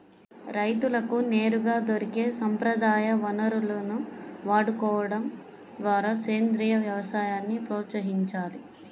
రైతులకు నేరుగా దొరికే సంప్రదాయ వనరులను వాడుకోడం ద్వారా సేంద్రీయ వ్యవసాయాన్ని ప్రోత్సహించాలి